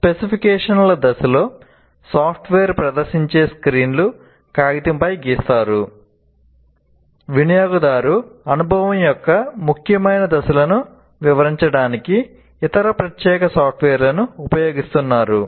స్పెసిఫికేషన్ల దశలో సాఫ్ట్వేర్ ప్రదర్శించే స్క్రీన్లు కాగితంపై గీస్తారు వినియోగదారు అనుభవం యొక్క ముఖ్యమైన దశలను వివరించడానికి ఇతర ప్రత్యేక సాఫ్ట్వేర్లను ఉపయోగిస్తున్నారు